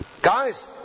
Guys